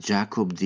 Jacob